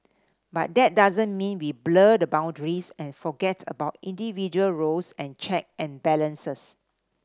but that doesn't mean we blur the boundaries and forget about individual roles and check and balances